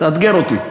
תאתגר אותי.